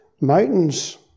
mountains